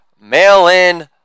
mail-in